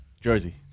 Jersey